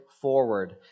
forward